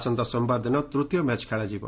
ଆସନ୍ତା ସୋମବାର ଦିନ ତୂତୀୟ ମ୍ୟାଚ୍ ଖେଳାଯିବ